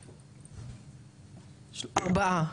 ארבעה.